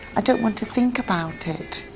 i don't want to think about it.